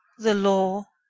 the law!